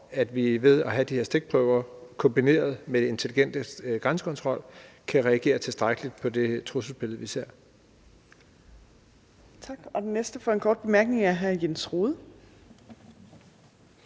at vi ved at have de her stikprøver kombineret med intelligent grænsekontrol kan reagere tilstrækkeligt på det trusselsbillede, vi ser. Kl. 13:28 Fjerde næstformand (Trine Torp): Tak.